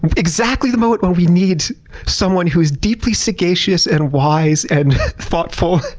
but exactly the moment when we need someone who is deeply sagacious, and wise, and thoughtful,